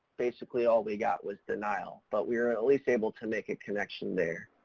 basically all we got was denial, but we were at least able to make a connection there.